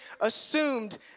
assumed